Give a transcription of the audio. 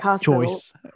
choice